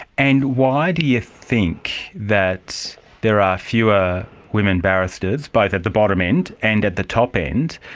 and why do you think that there are fewer women barristers, both at the bottom end and at the top end,